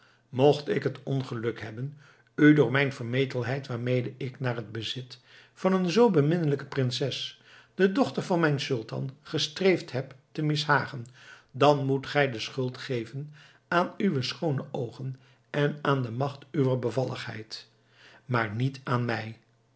mocht ik het ongeluk hebben u door mijn vermetelheid waarmede ik naar het bezit van een zoo beminnelijke prinses de dochter van mijn sultan gestreefd heb te mishagen dan moet gij de schuld geven aan uwe schoone oogen en aan de macht uwer bevalligheid maar niet aan mij